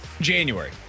January